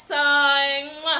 time